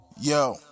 Yo